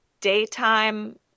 daytime